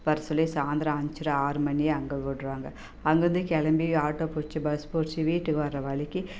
வர சொல்லி சாயந்தரம் அஞ்சரை ஆறு மணி அங்கே விட்றாங்க அங்கேருந்து கிளம்பி ஆட்டோ பிடிச்சி பஸ் பிடிச்சு வீட்டுக்கு வர்ற வழிக்கி